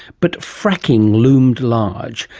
but fracking loomed large,